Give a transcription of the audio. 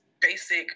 basic